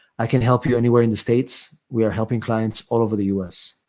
i can help you anywhere in the states. we are helping clients all over the us,